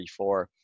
34